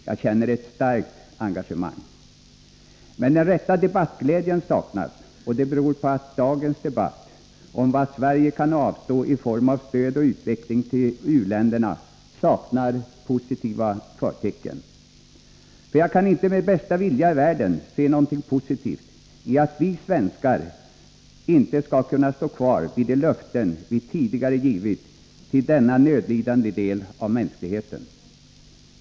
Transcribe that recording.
Jag känner ett starkt engagemang. Men den rätta debattglädjen saknas, och det beror på att dagens debatt om vad Sverige kan avstå i form av stöd och utveckling till u-länderna saknar positiva förtecken. Jag kan inte med bästa vilja i världen se något positivt i att vi svenskar inte skall kunna stå fast vid de löften vi tidigare givit till denna nödlidande del av mänskligheten.